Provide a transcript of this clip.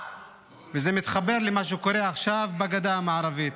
זה מתחבר למה שקורה עכשיו בגדה המערבית.